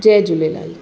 Jay Jhulelal